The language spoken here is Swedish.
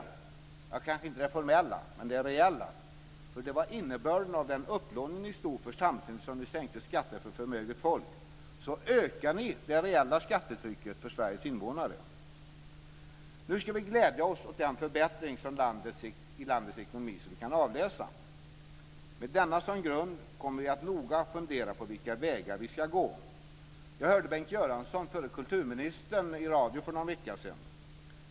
Ni höjde kanske inte det formella skattetrycket, men det reella. Det var innebörden av den upplåning ni stod för. Samtidigt som ni sänkte skatter för förmöget folk ökade ni det reella skattetrycket för Sveriges invånare. Nu ska vi glädja oss åt den förbättring i landets ekonomi som vi kan avläsa. Med denna som grund kommer vi att noga fundera på vilka vägar vi ska gå. Jag hörde Bengt Göransson - förre kulturministern - i radio för någon vecka sedan.